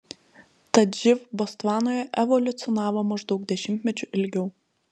tad živ botsvanoje evoliucionavo maždaug dešimtmečiu ilgiau